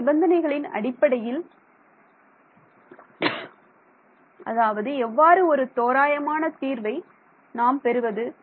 எந்த நிபந்தனைகளின் அடிப்படையில் அதாவது எவ்வாறு ஒரு தோராயமான தீர்வை நாம் பெறுவது